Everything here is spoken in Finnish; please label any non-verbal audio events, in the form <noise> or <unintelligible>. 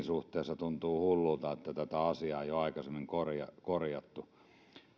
<unintelligible> suhteessa tuntuu hullulta että tätä asiaa ei ole aikaisemmin korjattu korjattu